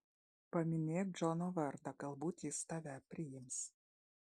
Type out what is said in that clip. paminėk džono vardą galbūt jis tave priims